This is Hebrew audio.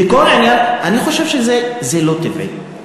וכל העניין, אני חושב שזה לא טבעי.